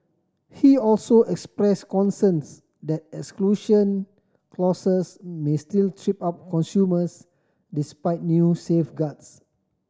he also express concerns that exclusion clauses may still trip up consumers despite new safeguards